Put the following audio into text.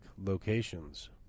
locations